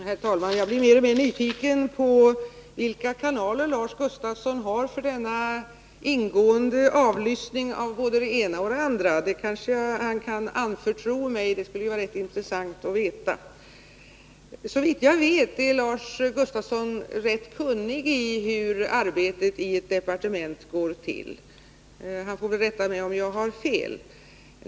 Herr talman! Jag blir mer och mer nyfiken på vilka kanaler Lars Gustafsson har för denna ingående avlyssning av både det ena och det andra. Han kanske kan anförtro mig detta — det skulle vara intressant att känna till. Såvitt jag vet har Lars Gustafsson rätt goda kunskaper om hur arbetet i ett departement går till; han får väl rätta mig om jag har fel.